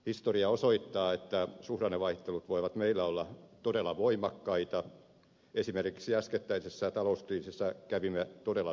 historia osoittaa että suhdannevaihtelut voivat meillä olla todella voimakkaita esimerkiksi äskettäisessä talouskriisissä kävimme todella syvällä